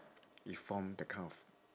it form that kind of